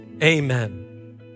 Amen